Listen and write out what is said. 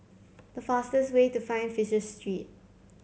the fastest way to Fisher Street